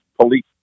police